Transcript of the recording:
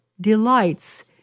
delights